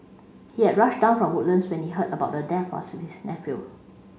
he had rushed down from Woodlands when he heard about the death of his nephew